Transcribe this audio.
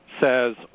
says